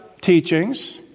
teachings